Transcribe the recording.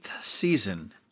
season